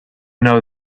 know